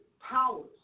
powers